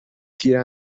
تیر